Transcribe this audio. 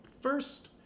First